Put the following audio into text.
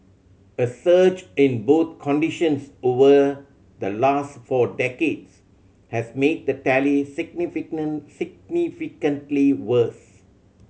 a surge in both conditions over the last four decades has made the tally significantly worse